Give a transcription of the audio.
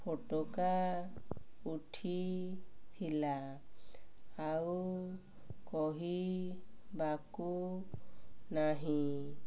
ଫୋଟକା ଉଠିଥିଲା ଆଉ କହିିବାକୁ ନାହିଁ